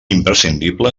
imprescindible